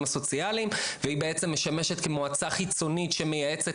הסוציאליים והיא בעצם משמשת כמועצה חיצונית שמייעצת